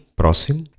próximo